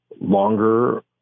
longer